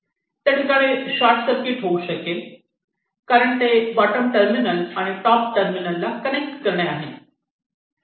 त्या ठिकाणी short circuit होऊ शकेल कारण ते बॉटम टर्मिनल आणि टॉप टर्मिनलला कनेक्ट करणे आहे